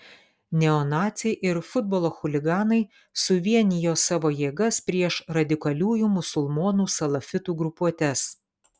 neonaciai ir futbolo chuliganai suvienijo savo jėgas prieš radikaliųjų musulmonų salafitų grupuotes